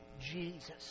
Jesus